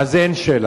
על זה אין שאלה.